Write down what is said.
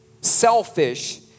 Selfish